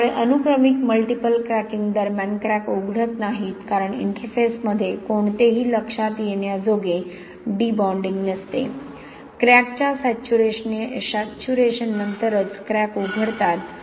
त्यामुळे अनुक्रमिक multiple cracking दरम्यान क्रॅक उघडत नाहीत कारण इंटरफेसमध्ये कोणतेही लक्षात येण्याजोगे डी बॉन्डिंग नसते क्रॅकच्या सॅच्यूरेशननंतरच क्रॅक उघडतात